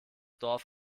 dorf